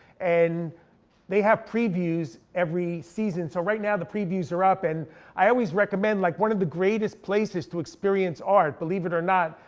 and they have previews every season. so right now the previews are up. and i always recommend, like one of the greatest places to experience art, believe it or not,